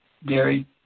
Dairy